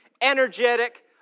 energetic